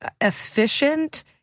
efficient